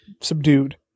subdued